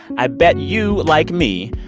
i bet you, like me,